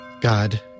God